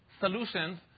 solutions